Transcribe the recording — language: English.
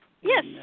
Yes